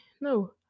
no